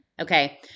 Okay